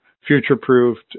future-proofed